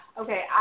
okay